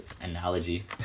analogy